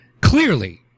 Clearly